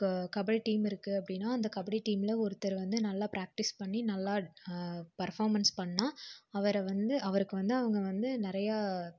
இப்போ கபடி டீம் இருக்கு அப்படின்னா அந்த கபடி டீமில் ஒருத்தர் வந்து நல்லா ப்ராக்டிஸ் பண்ணி நல்லா பர்ஃபாமென்ஸ் பண்ணால் அவரை வந்து அவருக்கு வந்து அவங்க வந்து நிறையா